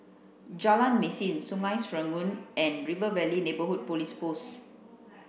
Jalan Mesin Sungei Serangoon and River Valley Neighbourhood Police Post